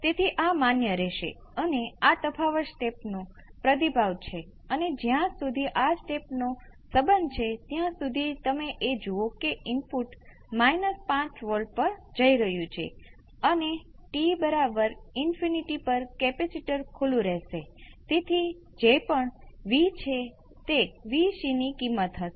તેથી હવે આ પદ ફક્ત 1 સાથે રદ કરે છે અને આ ડેલ્ટા અહીં આ સાથે રદ કરે છે તેથી આ પદ કોઈ પણ ડેલ્ટા વગર છોડી દેવામાં આવે છે અથવા અન્ય બધા હજુ પણ અહીં ડેલ્ટા રહેશે આ ડેલ્ટા એ ડેલ્ટા સ્ક્વેર બનશે આગામી ડેલ્ટા q ડેલ્ટા સ્ક્વેર બનશે અને એમજ